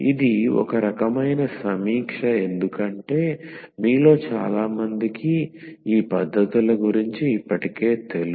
ఇది ఒక రకమైన సమీక్ష ఎందుకంటే మీలో చాలామందికి ఈ పద్ధతుల గురించి ఇప్పటికే తెలుసు